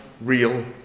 real